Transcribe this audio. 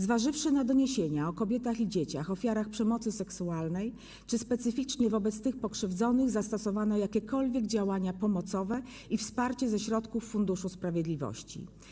Zważywszy na doniesienia o kobietach i dzieciach ofiarach przemocy seksualnej, czy specyficznie wobec tych pokrzywdzonych zastosowano jakiekolwiek działania pomocowe i wsparcie ze środków Funduszu Sprawiedliwości?